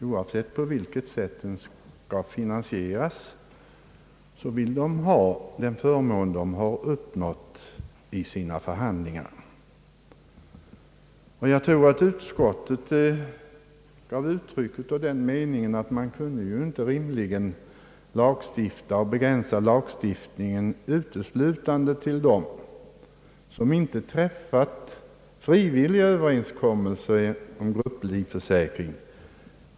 Oavsett på vilket sätt en sådan skall finansieras vill de ha kvar den förmån de har uppnått genom sina förhandlingar. Jag tror att utskottet gav uttryck åt meningen att man inte rimligen kunde lagstifta och begränsa lagstiftningen uteslutande till dem som inte har träffat frivilliga överenskommelser om grupplivförsäkring.